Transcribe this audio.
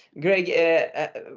Greg